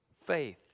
faith